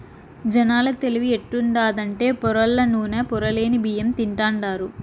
జనాల తెలివి ఎట్టుండాదంటే పొరల్ల నూనె, పొరలేని బియ్యం తింటాండారు